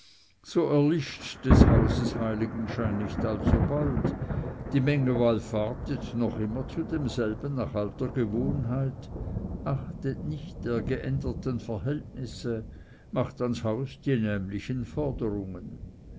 so erlischt des hauses heiligenschein nicht alsobald die menge wallfahrtet noch immer zu demselben nach alter gewohnheit achtet nicht der geänderten verhältnisse macht ans haus die nämlichen forderungen